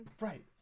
Right